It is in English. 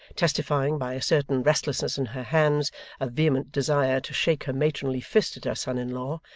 testifying by a certain restlessness in her hands a vehement desire to shake her matronly fist at her son-in-law.